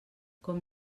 com